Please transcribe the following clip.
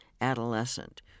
adolescent